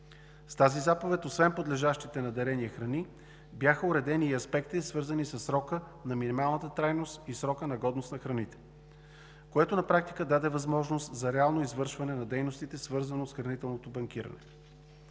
С нея освен подлежащите на дарения храни бяха уредени и аспектите, свързани със срока на минималната трайност и срока на годност на храните, което на практика даде възможност за реално извършване на дейностите, свързани с хранителното банкиране.